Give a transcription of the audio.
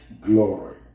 glory